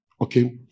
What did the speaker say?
Okay